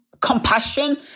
compassion